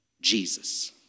Jesus